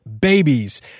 babies